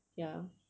ya